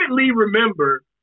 remember